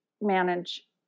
manage